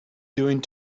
doing